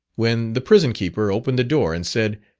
when the prison-keeper opened the door, and said,